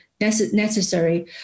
necessary